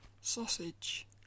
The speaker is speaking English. Sausage